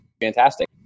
fantastic